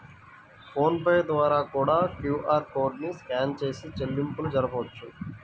phone pay ద్వారా కూడా QR code ని స్కాన్ చేసి చెల్లింపులు జరపొచ్చు